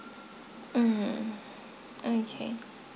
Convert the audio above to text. hmm okay